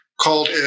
called